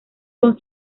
con